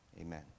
Amen